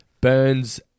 Burns